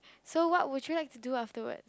so what would you like to do afterward